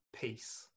peace